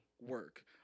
work